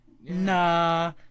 Nah